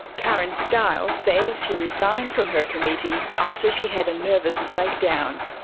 karen stiles says she resigned from her committee after she had a nervous breakdown.